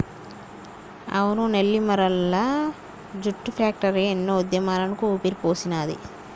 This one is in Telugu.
అవును నెల్లిమరల్ల జూట్ ఫ్యాక్టరీ ఎన్నో ఉద్యమాలకు ఊపిరిపోసినాది